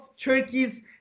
turkey's